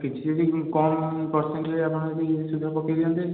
କିଛି ଯଦି କମ୍ ପରସେଣ୍ଟ୍ରେ ଆପଣ ଯଦି ସୁଧ ପକେଇ ଦିଅନ୍ତେ